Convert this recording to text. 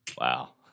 Wow